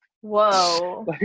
Whoa